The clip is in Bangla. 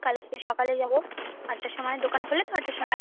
কালকে সকালে যাবো আটটার সময় দোকান খোলে তো আটটার সময়